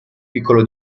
piccolo